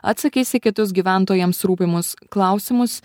atsakys į kitus gyventojams rūpimus klausimus